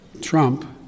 Trump